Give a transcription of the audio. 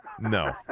No